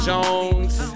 Jones